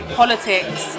politics